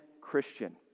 Christian